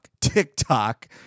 TikTok